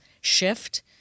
shift